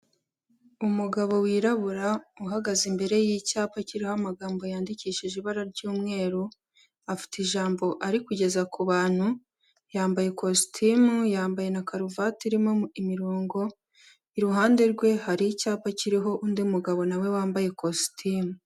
Umugabo wirabura, uhagaze imbere y'icyapa kiriho amagambo yandikishije ibara ry'umweru, afite ijambo ari kugeza ku bantu, yambaye kositimu, yambaye na karuvati irimo imirongo, iruhande rwe hari icyapa kiriho undi mugabo na we wambaye kositimu.